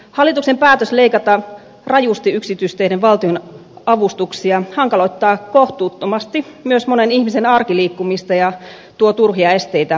hallituksen päätös leikata rajusti yksityisteiden valtionavustuksia hankaloittaa kohtuuttomasti myös monen ihmisen arkiliikkumista ja tuo turhia esteitä elinkeinoelämälle